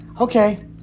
okay